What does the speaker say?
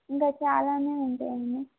ఇంకా చాలానే ఉంటాయండి